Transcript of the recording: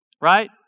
Right